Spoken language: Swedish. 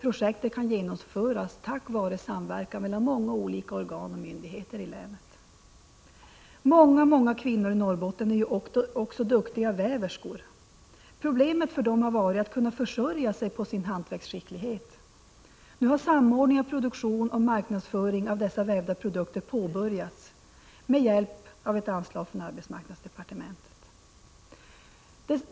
Projektet kan genomföras tack vare samverkan mellan många olika organ och myndigheter i länet. Många, många kvinnor i Norrbotten är duktiga väverskor. Problemet för dem har varit att kunna försörja sig på sin hantverksskicklighet. Nu har samordning av produktion och marknadsföring av dessa vävda produkter påbörjats, med hjälp av ett anslag från arbetsmarknadsdepartementet.